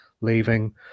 leaving